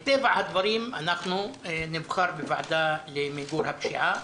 מטבע הדברים, אנחנו נבחר בוועדה למיגור הפשיעה,